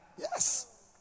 Yes